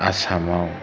आसामाव